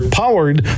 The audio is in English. powered